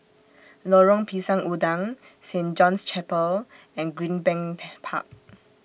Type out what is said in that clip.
Lorong Pisang Udang Saint John's Chapel and Greenbank Park